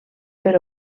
per